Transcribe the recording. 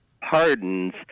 pardons